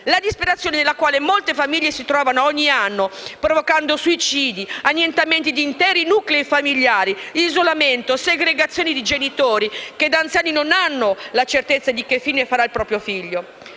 si trovano nella disperazione che, ogni anno, provoca suicidi, annientamenti di interi nuclei familiari, isolamento e segregazione di genitori che, da anziani, non hanno la certezza di che fine farà il proprio figlio.